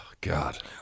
God